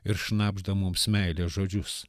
ir šnabžda mums meilės žodžius